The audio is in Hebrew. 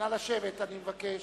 נא לשבת, אני מבקש.